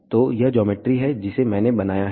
तो यह ज्योमेट्री है जिसे मैंने बनाया है